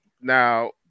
Now